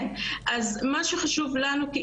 מה שחשוב לנו,